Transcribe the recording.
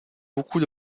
beaucoup